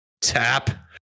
Tap